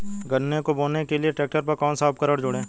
गन्ने को बोने के लिये ट्रैक्टर पर कौन सा उपकरण जोड़ें?